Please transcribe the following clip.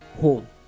home